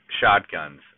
shotguns